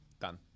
Done